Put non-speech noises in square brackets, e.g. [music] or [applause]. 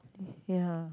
[noise] ya